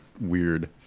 weird